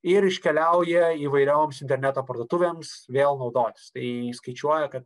ir iškeliauja įvairioms interneto parduotuvėms vėl naudotis tai ji skaičiuoja kad